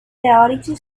teorici